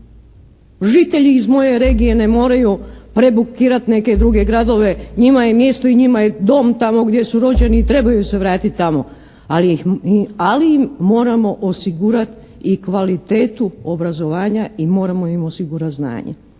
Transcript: žitelji iz moje regije ne moraju prebukirati neke druge gradove, njima je mjesto i njima je dom tamo gdje su rođeni i trebaju se vratiti tamo, ali im moramo osigurati i kvalitetu osiguranja i moramo im osigurati znanje.